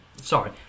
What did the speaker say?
sorry